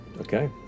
Okay